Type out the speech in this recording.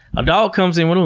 a dog comes in with